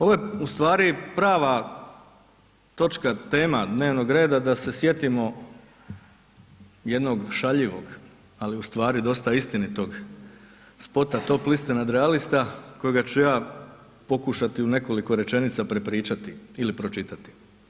Ovo je ustvari prava točka, tema dnevnog reda da se sjetimo jednog šaljivog ali ustvari dosta istinitog spota Top liste nadrealista kojega ću ja pokušati u nekoliko rečenica prepričati ili pročitati.